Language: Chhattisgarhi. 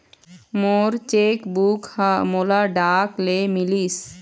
मोर चेक बुक ह मोला डाक ले मिलिस